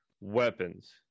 weapons